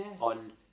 on